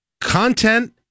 content